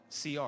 CR